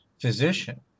physician